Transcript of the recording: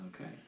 Okay